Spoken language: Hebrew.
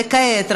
וכעת,